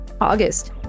august